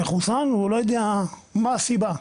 מחוסן, הוא לא יודע מה הסיבה.